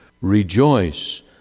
Rejoice